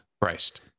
Christ